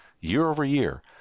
year-over-year